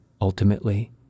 ultimately